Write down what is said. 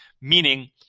meaning